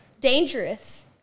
Dangerous